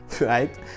right